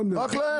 רק להם.